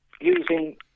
using